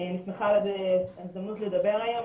אני שמחה על ההזדמנות לדבר היום,